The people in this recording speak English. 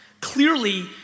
Clearly